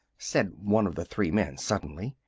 said one of the three men suddenly.